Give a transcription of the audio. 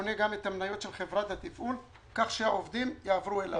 קונה גם את המניות של חברת התפעול כך שהעובדים יעברו אליו.